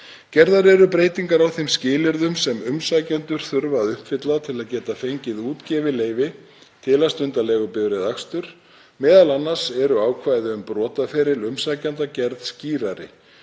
Gerðar eru breytingar á þeim skilyrðum sem umsækjendur þurfa að uppfylla til að geta fengið útgefið leyfi til að stunda leigubifreiðaakstur, m.a. eru ákvæði um brotaferil umsækjanda gerð skýrari.